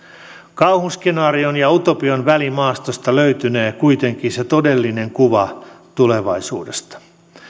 kauhuskenaarion ja utopian välimaastosta löytynee kuitenkin se todellinen kuva tulevaisuudesta